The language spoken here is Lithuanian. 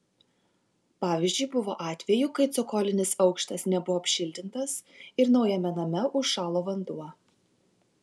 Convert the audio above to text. pavyzdžiui buvo atvejų kai cokolinis aukštas nebuvo apšiltintas ir naujame name užšalo vanduo